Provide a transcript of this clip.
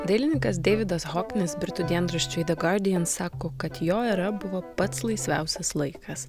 dailininkas deividas hoknis britų dienraščiui guardian sako kad jo era buvo pats laisviausias laikas